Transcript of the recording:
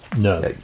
No